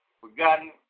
forgotten